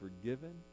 forgiven